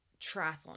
triathlon